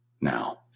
now